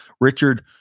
Richard